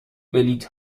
بلیط